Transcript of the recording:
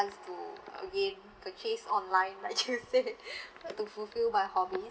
to again purchase online like you say to fulfill my hobbies